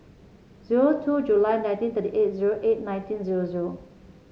zero two July nineteen thirty eight zero eight nineteen zero zero